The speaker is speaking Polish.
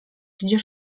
gdzie